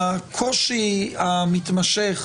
הקושי המתמשך